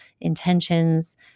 intentions